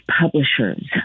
publishers